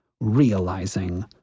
realizing